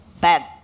bad